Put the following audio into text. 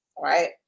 right